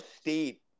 State